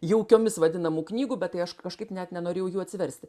jaukiomis vadinamų knygų bet tai aš kažkaip net nenorėjau jų atsiversti